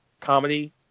comedy